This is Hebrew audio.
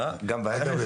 אגב,